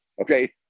Okay